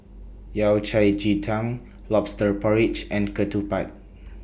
Yao Cai Ji Tang Lobster Porridge and Ketupat